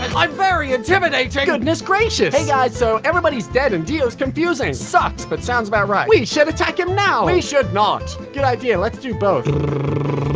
i'm very intimidating goodness gracious! hey guys, so, everybody's dead and dio's confusing sucks! but sounds about right we should attack him now! we should not! good idea let's do both